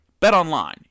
BetOnline